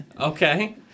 Okay